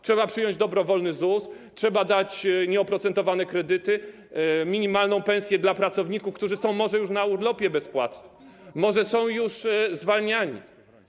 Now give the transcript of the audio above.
Trzeba przyjąć dobrowolny ZUS, trzeba dać nieoprocentowane kredyty, minimalną pensje dla pracowników, którzy może są już na urlopie bezpłatnym, może są już zwalniani.